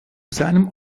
seinem